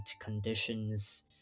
conditions